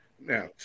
Now